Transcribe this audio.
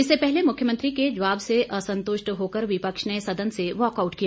इससे पहले मुख्यमंत्री के जवाब से अंसतृष्ट होकर विपक्ष ने सदन से वाकआउट किया